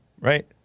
right